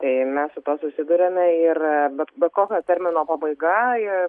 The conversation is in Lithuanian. tai mes su tuo susiduriame ir bet bet kokio termino pabaiga ji